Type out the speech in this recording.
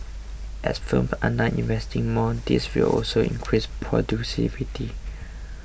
as firms are now investing more this will also increase